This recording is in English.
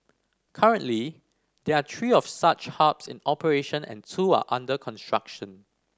currently there are three of such hubs in operation and two are under construction